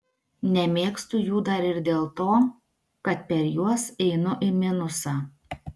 nemėgstu jų dar ir dėl to kad per juos einu į minusą